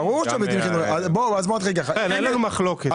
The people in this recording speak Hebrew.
אין לנו מחלוקת.